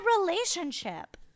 relationship